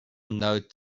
note